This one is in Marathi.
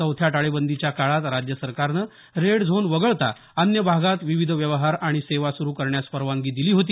चौथ्या टाळेबंदीच्या काळात राज्य सरकारनं रेड झोन वगळता अन्य भागात विविध व्यवहार आणि सेवा सुरू करण्यास परवानगी दिली होती